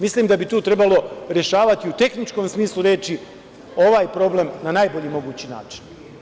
Mislim da bi tu trebalo rešavati u tehničkom smislu reči ovaj problem na najbolji mogući način.